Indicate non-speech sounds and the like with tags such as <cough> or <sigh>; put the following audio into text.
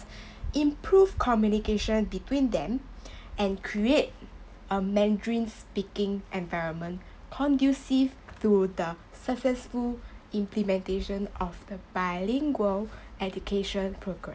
<breath> improve communication between them and create a mandarin speaking environment conducive to the successful implementation of the bilingual education programme